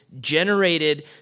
generated